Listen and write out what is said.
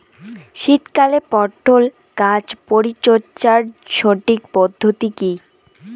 শীতকালে পটল গাছ পরিচর্যার সঠিক পদ্ধতি কী?